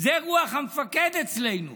זו רוח המפקד אצלנו